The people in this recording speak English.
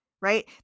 right